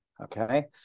okay